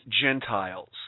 Gentiles